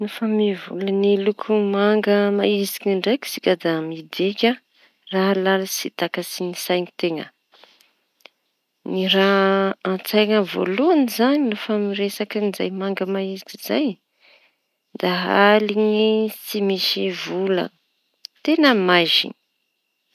Rehefa mivolaña ny loko manga maiziky ndraiky isika da midika raha laliky tsy takatsy sain-teña. Ny raha an-tsaina voalohany izañy no fa miresaky manga maiziky zay da aliky tsisy volan teña maïzina.